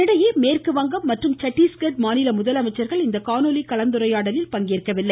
இதனிடையே மேற்குவங்கம் மற்றும் சட்டீஸ்கர் மாநில முதலமைச்சர்கள் இந்த காணோலி கலந்துரையாடலில் பங்கேற்கவில்லை